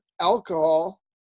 alcohol